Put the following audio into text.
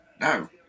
no